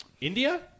India